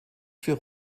vier